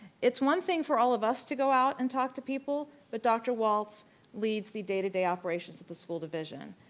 it's one thing for all of us to go out and talk to people, but dr. walts leads the day-to-day operations of the school division,